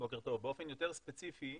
באופן יותר ספציפי,